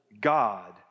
God